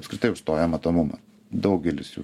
apskritai užstoja matomumą daugelis jų